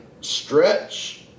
stretch